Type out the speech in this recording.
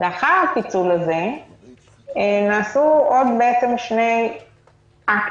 לאחר הפיצול הזה נעשו עוד שני אקטים,